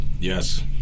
yes